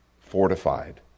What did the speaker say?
fortified